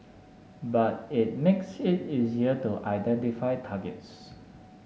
but it makes it easier to identify targets